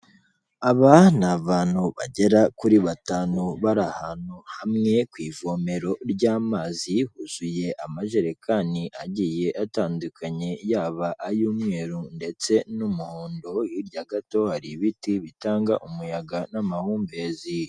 Aba ni abantu bagera kuri batanu bari ahantu hamwe ku ivomero ry'amazi, huzuye amajerekani agiye atandukanye yaba ay'umweru ndetse n'umuhondo, hirya gato hari ibiti bitanga umuyaga n'amahumbezi.